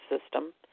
system